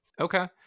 Okay